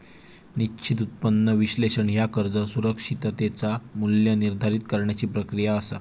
निश्चित उत्पन्न विश्लेषण ह्या कर्ज सुरक्षिततेचा मू्ल्य निर्धारित करण्याची प्रक्रिया असा